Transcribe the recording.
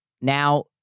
Now